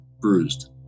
bruised